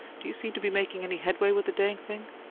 do you seem to be making any headway with the dang thing?